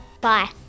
Bye